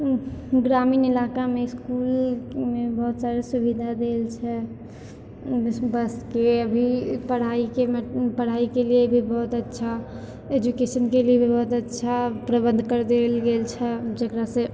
ग्रामीण इलाकामे इसकुलमे बहुत सारा सुविधा देल छै बसके भी पढ़ाइके पढ़ाइके लिए भी बहुत अच्छा एजुकेशनके लिए भी बहुत अच्छा प्रबन्ध करि देल गेल छै जकरासँ